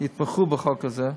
יתמכו בחוק הזה,